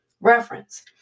Reference